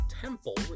temple